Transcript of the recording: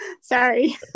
Sorry